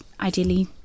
ideally